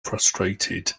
frustrated